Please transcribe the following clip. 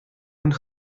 und